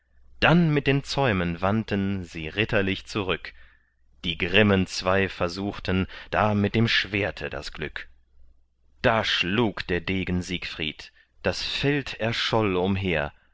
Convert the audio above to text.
dann mit den zäumen wandten sie ritterlich zurück die grimmen zwei versuchten da mit dem schwerte das glück da schlug der degen siegfried das feld erscholl umher